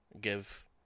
give